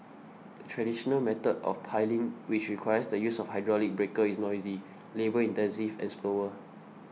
the traditional method of piling which requires the use of a hydraulic breaker is noisy labour intensive and slower